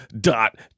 dot